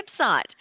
website